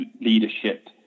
leadership